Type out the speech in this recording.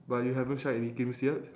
but you haven't tried any games yet